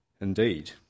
indeed